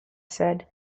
said